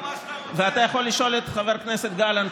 ואתה יכול לשאול את חבר הכנסת גלנט,